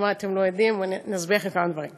הוא אמר לי: כן.